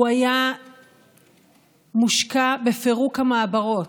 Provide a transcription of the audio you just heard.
הוא היה מושקע בפירוק המעברות.